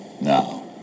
Now